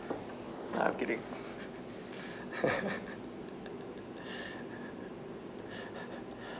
ah kidding